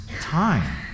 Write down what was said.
time